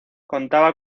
contaba